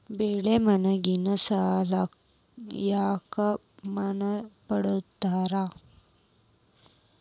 ಬೆಳಿ ಮ್ಯಾಗಿನ ಸಾಲ ಯಾಕ ಮನ್ನಾ ಮಾಡ್ತಾರ?